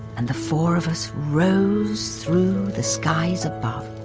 and the four of us rose through the skies above,